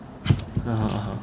(uh huh)